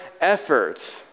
effort